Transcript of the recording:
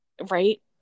right